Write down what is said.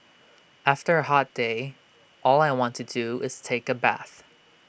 after A hot day all I want to do is take A bath